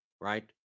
right